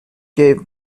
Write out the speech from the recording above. gave